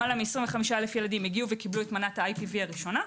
למעלה מ-25,000 ילדים הגיעו וקיבלו את מנת ה-IPV הראשונה.